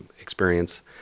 experience